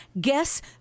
Guess